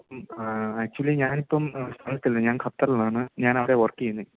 actually ഞാനിപ്പോള് സ്ഥലത്തില്ല ഞാൻ ഖത്തറിലാണ് ഞാൻ അവിടെ വർക്ക് ചെയ്യുന്നത്